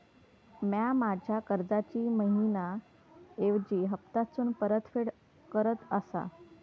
म्या माझ्या कर्जाची मैहिना ऐवजी हप्तासून परतफेड करत आसा